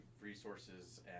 resources